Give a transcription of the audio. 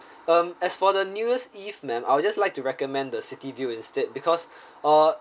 um as for the new year's eve ma'am I'll just like to recommend the city view instead because uh